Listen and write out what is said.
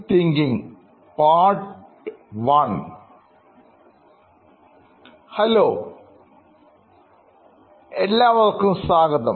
hello എല്ലാവർക്കും സ്വാഗതം